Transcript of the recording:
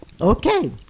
okay